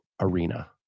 arena